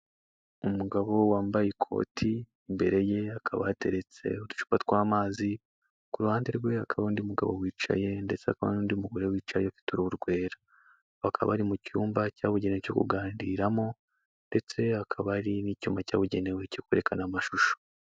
Umugabo wambaye ikoti, imbere ye hakaba hateretse uducupa tw'amazi, ku ruhande rwe hakaba undi mugabo wicaye ndetse haka n'undi mugore wicaye ufite uruhu rwera. Bakaba bari mu cyumba cyabugenewe cyo kuganiramo, ndetse hakaba hari n'icyuma cyabugenewe cyo kwerekana amashusho.